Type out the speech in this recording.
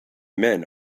men